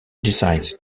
decides